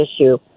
issue